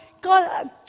God